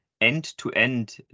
end-to-end